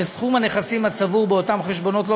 וסכום הנכסים הצבור באותם חשבונות לא